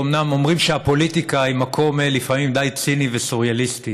אומנם אומרים שהפוליטיקה היא מקום לפעמים די ציני וסוריאליסטי.